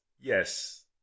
yes